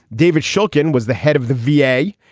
david shooken was the head of the v a,